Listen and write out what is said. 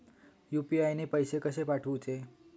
UPI ने पैशे कशे पाठवूचे?